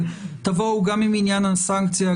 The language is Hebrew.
תבואו גם עם עניין הסנקציה,